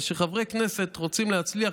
שחברי כנסת רוצים להצליח,